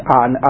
on